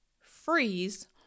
freeze